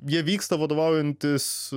jie vyksta vadovaujantis